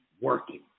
working